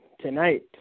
tonight